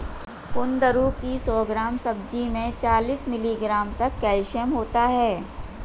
कुंदरू की सौ ग्राम सब्जी में चालीस मिलीग्राम तक कैल्शियम होता है